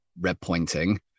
red-pointing